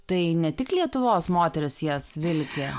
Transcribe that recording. tai ne tik lietuvos moterys jas vilki